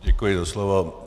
Děkuji za slovo.